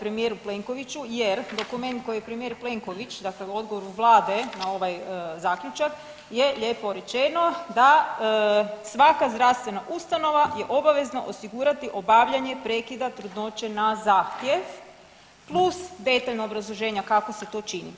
premijeru Plenkoviću jer dokument koji je premijer Plenković dakle u odgovoru vlade na ovaj zaključak je lijepo rečeno da svaka zdravstvena ustanova je obavezna osigurati obavljanje prekida trudnoće na zahtjev plus detaljna obrazloženja kako se to čini.